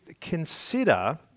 consider